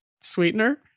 sweetener